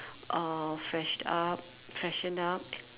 uh fresh up freshen up